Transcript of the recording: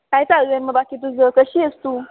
काय चालू आहे मग बाकी तुझं कशी आहेस तू